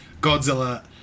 Godzilla